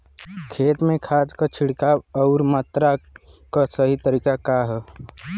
खेत में खाद क छिड़काव अउर मात्रा क सही तरीका का ह?